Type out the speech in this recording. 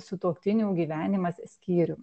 sutuoktinių gyvenimas skyrium